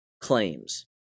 Claims